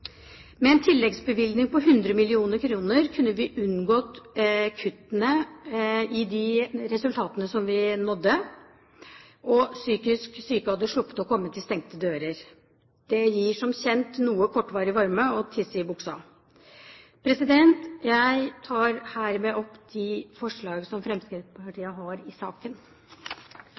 Med en tilleggsbevilgning på 100 mill. kr kunne vi unngått kuttene i de resultatene vi nådde, og psykisk syke hadde sluppet å komme til stengte dører. Det gir som kjent noe kortvarig varme å tisse i buksa. Jeg tar herved opp de forslag som Fremskrittspartiet har i saken.